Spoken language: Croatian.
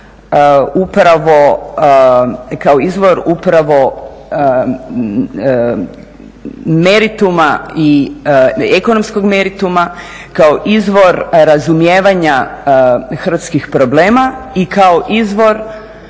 iskorak kao izvor upravo merituma i ekonomskog merituma, kao izvor razumijevanja hrvatskih problema i kao izvor